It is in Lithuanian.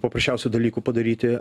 paprasčiausių dalykų padaryti